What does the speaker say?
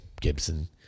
Gibson